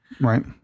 Right